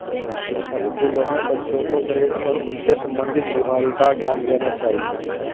स्कूलों में बच्चों को पेड़ और उनसे संबंधित बीमारी का ज्ञान देना चाहिए